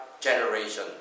generation